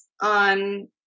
on